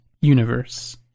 universe